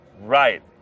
right